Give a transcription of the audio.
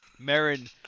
Merrin